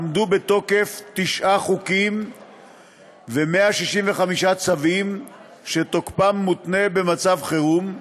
עמדו בתוקף תשעה חוקים ו-165 צווים שתוקפם מותנה במצב חירום,